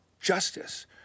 justice